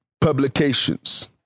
publications